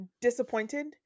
disappointed